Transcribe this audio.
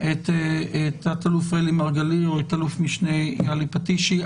את תת אלוף רלי מרגלית או את אלוף משנה יהלי פטישי.